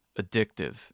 addictive